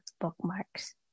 bookmarks